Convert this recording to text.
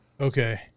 Okay